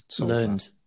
learned